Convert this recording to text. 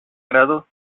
grado